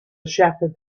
shepherd